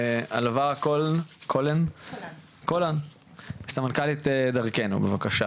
עלוה קולן, סמנכ"לית "דרכנו", בבקשה.